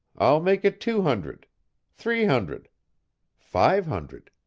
i'll make it two hundred three hundred five hundred.